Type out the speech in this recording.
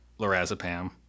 lorazepam